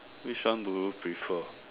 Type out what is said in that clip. which one do you prefer